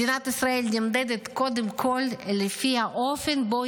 מדינת ישראל נמדדת קודם כל לפי האופן שבו